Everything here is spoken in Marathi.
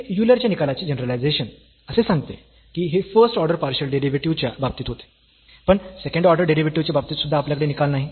तर हे यूलर च्या निकालाचे जनरलायझेशन असे सांगते की हे फर्स्ट ऑर्डर पार्शियल डेरिव्हेटिव्ह च्या बाबतीत होते पण सेकंड ऑर्डर डेरिव्हेटिव्ह च्या बाबतीत सुद्धा आपल्याकडे निकाल नाही